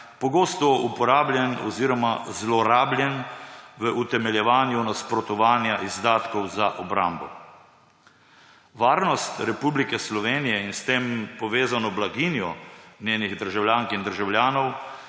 pogosto uporabljen oziroma zlorabljen v utemeljevanju nasprotovanja izdatkov za obrambo. Varnost Republike Slovenije in s tem povezano blaginjo njenih državljank in državljanov